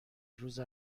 روز